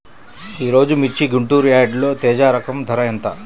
ఈరోజు మిర్చి గుంటూరు యార్డులో తేజ రకం ధర ఎంత?